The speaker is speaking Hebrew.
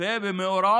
ומי